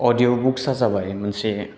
अडिय' बुक्सआ जाबाय मोनसे